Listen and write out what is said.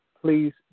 please